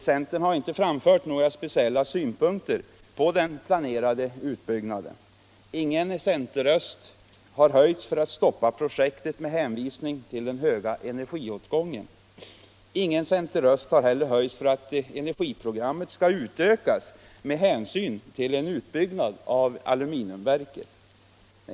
Centern har inte framfört några speciella synpunkter på den planerade utbyggnaden. Ingen centerröst har höjts för att stoppa projektet med hänvisning till den höga energiåtgången. Ingen centerröst har heller höjts för att energiprogrammet skall utökas med hänsyn till en utbyggnad av aluminiumverket.